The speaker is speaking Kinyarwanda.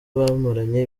bamaranye